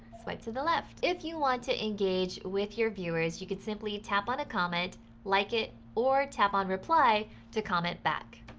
swipe to the left. if you want to engage with your viewers, you can simply tap on a comment like it or tap on reply to comment back.